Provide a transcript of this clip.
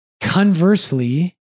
Conversely